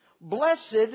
Blessed